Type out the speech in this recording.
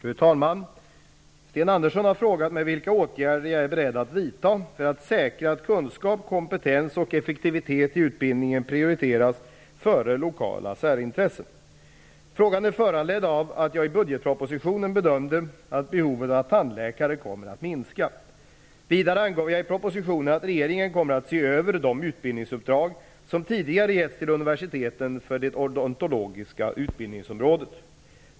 Fru talman! Sten Andersson i Malmö har frågat mig vilka åtgärder jag är beredd att vidta för att säkra att kunskap, kompetens och effektivitet i utbildningen prioriteras före lokala särintressen. Frågan är föranledd av att jag i budgetpropositionen bedömde att behovet av tandläkare kommer att minska. Vidare angav jag i propositionen att regeringen kommer att se över de utbildningsuppdrag som tidigare getts till universiteten för det odontologiska utbildningsområdet.